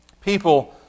people